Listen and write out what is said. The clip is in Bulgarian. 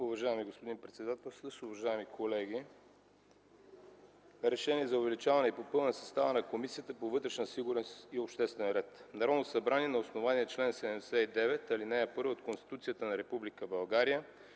Уважаеми господин председател, уважаеми колеги! „РЕШЕНИЕ за увеличаване и попълване състава на Комисията по вътрешна сигурност и обществен ред Народното събрание на основание чл. 79, ал. 1 от Конституцията на